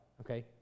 Okay